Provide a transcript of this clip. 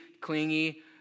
clingy